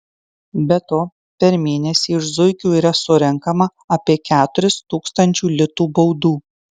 be to per mėnesį iš zuikių yra surenkama apie keturis tūkstančių litų baudų